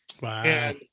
Wow